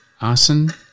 arson